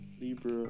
Libra